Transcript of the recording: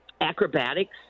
acrobatics